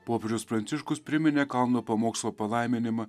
popiežius pranciškus priminė kalno pamokslo palaiminimą